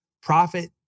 Profit